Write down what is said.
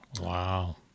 Wow